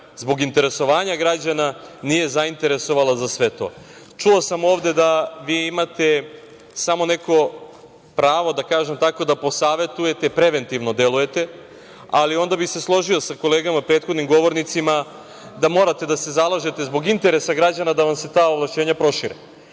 zbog interesovanja građana nije zainteresovala za sve to. Čuo sam ovde da vi imate samo neko pravo, da kažem tako, da posavetujete preventivno delujete, ali onda bih se složio sa kolegama prethodnim govornicima da morate da se zalažete zbog interesa građana da vam se ta ovlašćenja prošire.